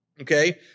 Okay